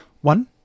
one